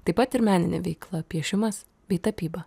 taip pat ir meninė veikla piešimas bei tapyba